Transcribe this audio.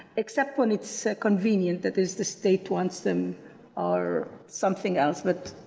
except when it's so convenient, that is the state wants them or something else but,